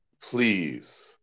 Please